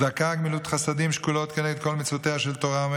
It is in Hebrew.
צדקה וגמילות חסדים שקולות כנגד כל מצוותיה של תורה,